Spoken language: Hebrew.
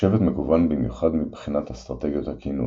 שבט Osmiini שבט מגוון במיוחד מבחינת אסטרטגיות הקינון.